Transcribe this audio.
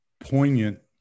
poignant